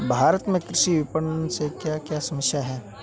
भारत में कृषि विपणन से क्या क्या समस्या हैं?